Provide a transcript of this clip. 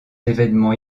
événement